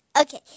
Okay